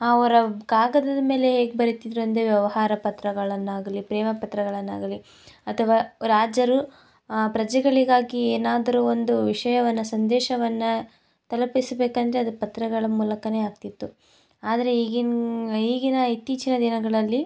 ಅವ್ರು ಕಾಗದದ ಮೇಲೆ ಹೇಗೆ ಬರೀತಿದ್ರು ಅಂದರೆ ವ್ಯವಹಾರ ಪತ್ರಗಳನ್ನಾಗಲಿ ಪ್ರೇಮ ಪತ್ರಗಳನ್ನಾಗಲಿ ಅಥವಾ ರಾಜರು ಪ್ರಜೆಗಳಿಗಾಗಿ ಏನಾದ್ರು ಒಂದು ವಿಷಯವನ್ನು ಸಂದೇಶವನ್ನು ತಲುಪಿಸಬೇಕಂದ್ರೆ ಅದು ಪತ್ರಗಳ ಮೂಲಕನೇ ಆಗ್ತಿತ್ತು ಆದರೆ ಈಗಿನ ಈಗಿನ ಇತ್ತೀಚಿನ ದಿನಗಳಲ್ಲಿ